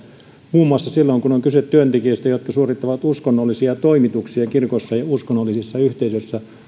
muun muassa silloin kun on kyse työntekijöistä jotka suorittavat uskonnollisia toimituksia kirkoissa ja uskonnollisissa yhteisöissä